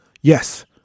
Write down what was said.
yes